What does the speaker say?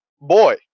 boy